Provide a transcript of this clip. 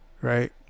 right